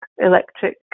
electric